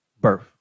birth